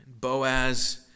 Boaz